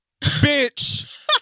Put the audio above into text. bitch